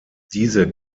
diese